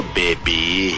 baby